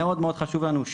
מאוד מאוד חשוב לנו,